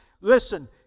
Listen